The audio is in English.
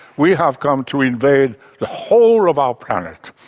we have come to invade the whole of our planet,